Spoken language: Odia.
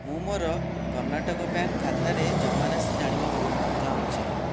ମୁଁ ମୋର କର୍ଣ୍ଣାଟକ ବ୍ୟାଙ୍କ୍ ଖାତାରେ ଜମାରାଶି ଜାଣିବାକୁ ଚାହୁଁଛି